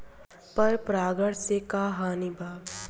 पर परागण से का हानि बा?